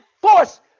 force